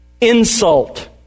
insult